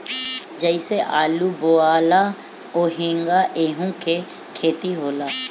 जइसे आलू बोआला ओहिंगा एहू के खेती होला